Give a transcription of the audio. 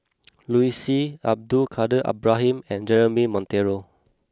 Liu Si Abdul Kadir Ibrahim and Jeremy Monteiro